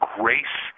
grace